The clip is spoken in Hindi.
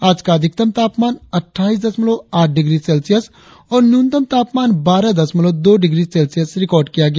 आज का अधिकतम तापमान अट्ठाईस दशमलव आठ डिग्री सेल्सियस और न्यूनतम तापमान बारह दशमलव दो डिग्री सेल्सियस रिकार्ड किया गया